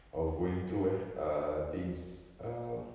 of going through eh err things um